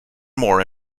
more